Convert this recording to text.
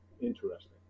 interesting